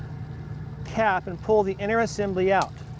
cap and pull the inner assembly out.